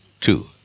two